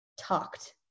talked